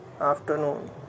afternoon